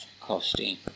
costing